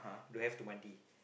don't have to mandi